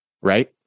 right